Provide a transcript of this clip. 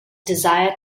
desire